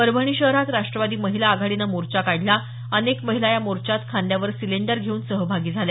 परभणी शहरात राष्ट्रवादी महिला आघाडीने मोर्चा काढला अनेक महिला या मोर्चात खांद्यावर सिलिंडर घेऊन सहभागी झाल्या